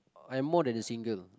I am more than a single